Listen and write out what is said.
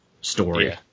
story